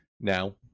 Now